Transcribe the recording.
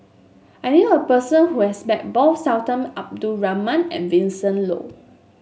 I knew a person who has met both Sultan Abdul Rahman and Vincent Leow